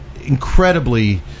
incredibly